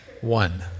one